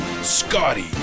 Scotty